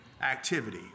Activity